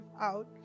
out